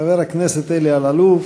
חבר הכנסת אלי אלאלוף,